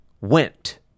went